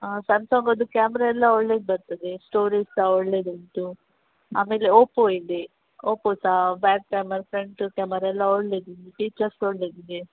ಹಾಂ ಸಾಮ್ಸಂಗ್ ಅದು ಕ್ಯಾಮ್ರ ಎಲ್ಲ ಒಳ್ಳೇದು ಬರ್ತದೆ ಸ್ಟೋರೇಜ್ ಸಹ ಒಳ್ಳೇದು ಉಂಟು ಆಮೇಲೆ ಓಪೋ ಇದೆ ಓಪೋ ಸ ಬ್ಯಾಕ್ ಕ್ಯಾಮರ ಫ್ರಂಟ್ ಕ್ಯಾಮರ ಎಲ್ಲ ಒಳ್ಳೇದು ಇದೆ ಫೀಚರ್ಸ್ ಒಳ್ಳೇದು ಇದೆ